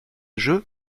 jeu